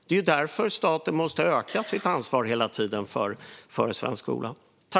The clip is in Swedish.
Det är därför staten hela tiden måste öka sitt ansvar för svensk skola.